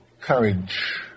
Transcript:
Courage